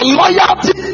loyalty